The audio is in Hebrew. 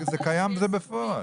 זה קיים וזה בפועל.